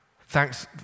Thanks